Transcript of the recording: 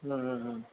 हं हं हं